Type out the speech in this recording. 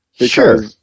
Sure